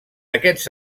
aquests